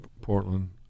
Portland